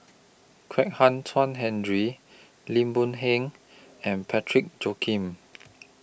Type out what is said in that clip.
Kwek Hian Chuan Henry Lim Boon Heng and Parsick Joaquim